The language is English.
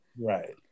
Right